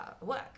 work